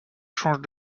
change